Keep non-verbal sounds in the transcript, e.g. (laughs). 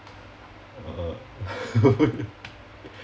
uh (laughs)